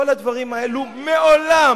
כל הדברים האלה מעולם,